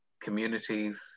communities